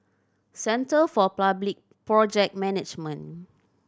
Centre for Public Project Management